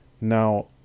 Now